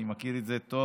אני מכיר את זה טוב.